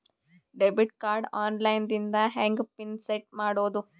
Debit card online ದಿಂದ ಹೆಂಗ್ pin set ಮಾಡೋದು?